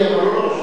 אבל לא לראש הממשלה.